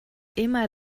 immer